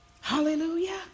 Hallelujah